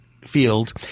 field